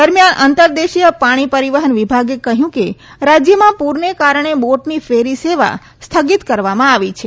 દરમિયાન અંતરદેશીય પાણી પરીવહન વિભાગે કહયું કે રાજથમાં પુરને કારણે બોટની ફેરી સેવા સ્થગિત કરવામાં આવી છે